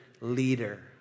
leader